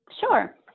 Sure